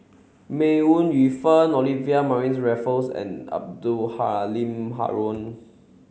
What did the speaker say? May Ooi Yu Fen Olivia Mariamne Raffles and Abdul Halim Haron